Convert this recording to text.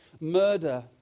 murder